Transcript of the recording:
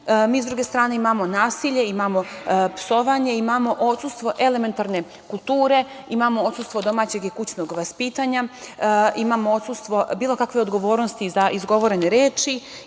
KiM.Sa druge strane, mi imamo nasilje, imamo psovanje, imamo odsustvo elementarne kulture, imamo odsustvo domaćeg i kućnog vaspitanja, imamo odsustvo bilo kakve odgovornosti za izgovorene reči